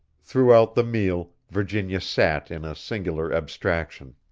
throughout the meal virginia sat in a singular abstraction.